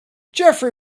jeffery